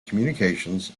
communications